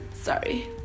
sorry